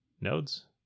Nodes